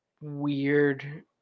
weird